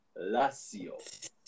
Lazio